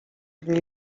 dni